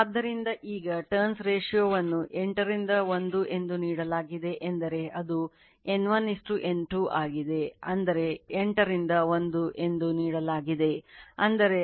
ಆದ್ದರಿಂದ ಈಗ turns ratio ವನ್ನು 8 ರಿಂದ 1 ಎಂದು ನೀಡಲಾಗಿದೆ ಎಂದರೆ ಅದು N1 N2 ಆಗಿದೆ ಅಂದರೆ 8 ರಿಂದ 1 ಎಂದು ನೀಡಲಾಗಿದೆ ಅಂದರೆ ಅದು N1 N2 81 ಆಗಿದೆ